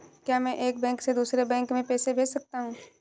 क्या मैं एक बैंक से दूसरे बैंक में पैसे भेज सकता हूँ?